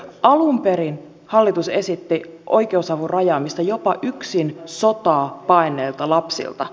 alun perin hallitus esitti oikeusavun rajaamista jopa yksin sotaa paenneilta lapsilta